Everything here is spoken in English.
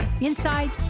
Inside